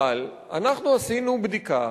אבל אנחנו עשינו בדיקה,